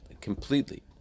completely